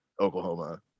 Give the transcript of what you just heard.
Oklahoma